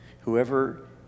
Whoever